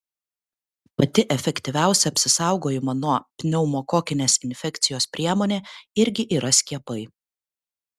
pati efektyviausia apsisaugojimo nuo pneumokokinės infekcijos priemonė irgi yra skiepai